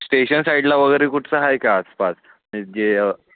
station साईडला वगैरे कुठचं आहे का आसपास जे